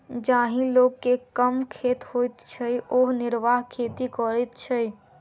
जाहि लोक के कम खेत होइत छै ओ निर्वाह खेती करैत छै